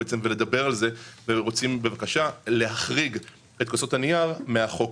ולמה אנחנו מבקשים להחריג את כוסות הנייר מהחוק,